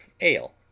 ale